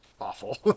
awful